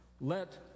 let